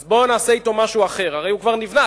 אז בוא נעשה אתו משהו אחר, הרי הוא כבר נבנה.